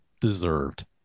deserved